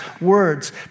words